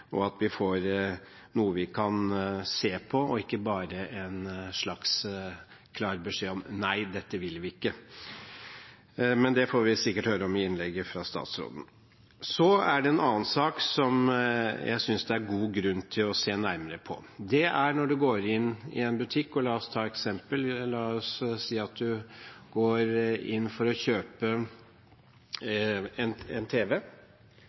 at vi får noe vi kan se på, og ikke bare en slags klar beskjed om at nei, dette vil vi ikke. Men det får vi sikkert høre om i innlegget av statsråden. Så er det en annen sak som jeg synes det er god grunn til å se nærmere på. La oss ta et eksempel: La oss si at man går inn i en butikk for å kjøpe en tv, og så, når man kommer til kassen, blir man presentert for muligheten til å kjøpe